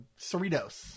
Cerritos